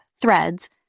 threads